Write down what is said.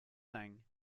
sang